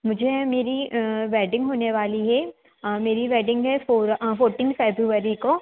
मुझे मेरी वैडिंग होने वाली है मेरी वैडिंग है फ़ोर फ़ोर्टीन फैबवरी को